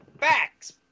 facts